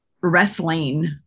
wrestling